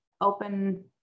open